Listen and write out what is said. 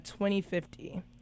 2050